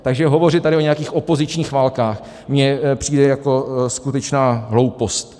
Takže hovořit tady o nějakých opozičních válkách mně přijde jako skutečná hloupost.